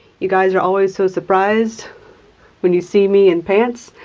you guys are always so surprised when you see me in pants.